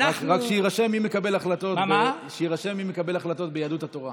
רק שיירשם מי מקבל החלטות ביהדות התורה.